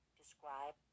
describe